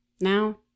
now